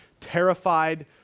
terrified